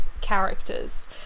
characters